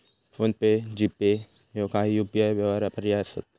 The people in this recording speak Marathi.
फोन पे, जी.पे ह्यो काही यू.पी.आय व्यवहार पर्याय असत